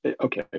Okay